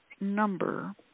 number